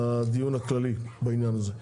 הדיון הכללי בעניין הזה.